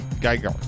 Geiger